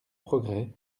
progrès